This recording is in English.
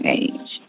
age